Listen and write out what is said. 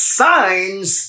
signs